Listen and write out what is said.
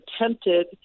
attempted